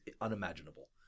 unimaginable